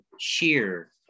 sheer